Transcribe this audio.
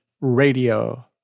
radio